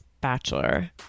bachelor